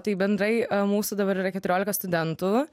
tai bendrai mūsų dabar yra keturiolika studentų